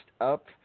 up